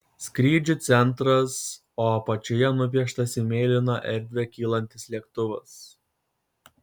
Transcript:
skrydžių centras o apačioje nupieštas į mėlyną erdvę kylantis lėktuvas